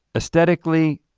aesthetically,